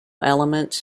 elements